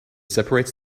separates